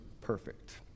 perfect